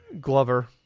Glover